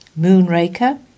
Moonraker